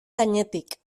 gainetik